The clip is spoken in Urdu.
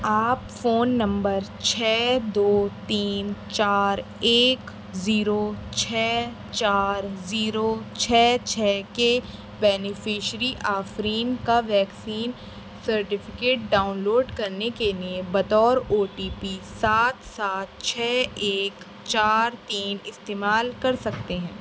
آپ فون نمبر چھ دو تین چار ایک زیرو چھ چار زیرو چھ چھ کے بینیفشیری آفرین کا ویکسین سرٹیفکیٹ ڈاؤن لوڈ کرنے کے لیے بطور او ٹی پی سات سات چھ ایک چار تین استعمال کر سکتے ہیں